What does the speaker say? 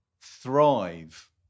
thrive